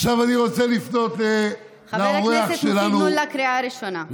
חבר הכנסת פטין מולא, קריאה ראשונה.